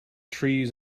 trees